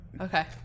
Okay